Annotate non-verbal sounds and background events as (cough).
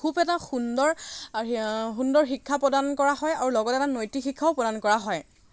খুব এটা সুন্দৰ সুন্দৰ শিক্ষা প্ৰদান কৰা হয় আৰু লগতে (unintelligible) নৈতিক শিক্ষাও প্ৰদান কৰা হয়